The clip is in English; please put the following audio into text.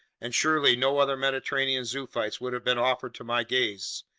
and surely no other mediterranean zoophytes would have been offered to my gaze,